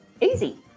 easy